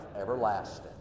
everlasting